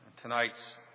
Tonight's